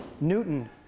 Newton